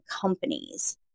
companies